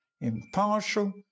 impartial